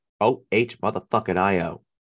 O-H-motherfucking-I-O